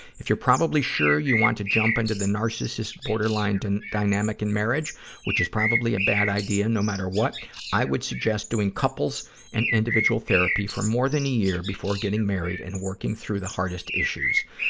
if you're probably sure you want to jump into the narcissist-borderline and dynamic in marriage which is probably a bad idea, no matter what i would suggest doing couples and individual therapy for more than a year before getting married and working through the hardest issues.